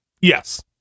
Yes